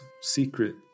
secret